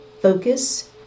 focus